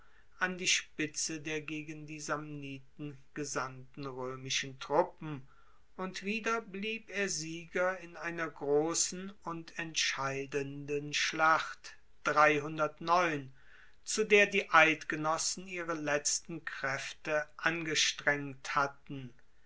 an die spitze der gegen die samniten gesandten roemischen truppen und wieder blieb er sieger in einer grossen und entscheidenden schlacht zu der die eidgenossen ihre letzten kraefte angestrengt hatten